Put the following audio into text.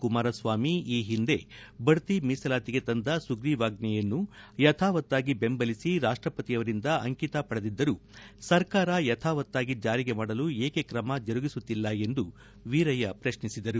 ಕುಮಾರಸ್ನಾಮಿ ಈ ಹಿಂದೆ ಬಡ್ಡಿ ಮೀಸಲಾತಿಗೆ ತಂದ ಸುಗ್ರೀವಾಜ್ಞೆಯನ್ನು ಯಥಾವತ್ತಾಗಿ ಬೆಂಬಲಿಸಿರಾಷ್ಷಪತಿಯವರಿಂದ ಅಂಕಿತ ಪಡೆದಿದ್ದರೂ ಸರ್ಕಾರ ಯಥಾವತ್ತಾಗಿ ಜಾರಿ ಮಾಡಲು ಏಕೆ ಕ್ರಮ ಜರುಗಿಸುತ್ತಿಲ್ಲ ಎಂದು ವೀರಯ್ನ ಪ್ರಶ್ನಿಸಿದರು